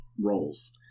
roles